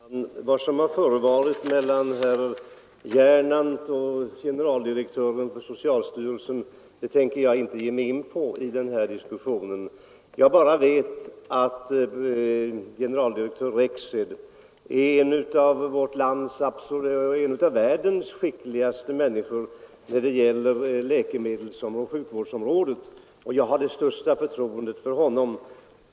Herr talman! Vad som har förevarit mellan herr Gernandt och generaldirektören för socialstyrelsen tänker jag inte ge mig in på i den här diskussionen. Jag vet bara att generaldirektör Rexed är en av vårt lands och en av världens skickligaste experter på läkemedelsoch sjukvårdsområdet, och jag har det största förtroende för honom.